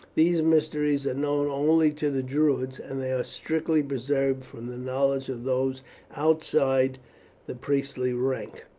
these mysteries are known only to the druids, and they are strictly preserved from the knowledge of those outside the priestly rank.